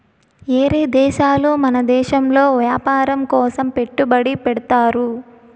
ఏరే దేశాలు మన దేశంలో వ్యాపారం కోసం పెట్టుబడి పెడ్తారు